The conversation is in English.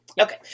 okay